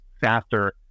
faster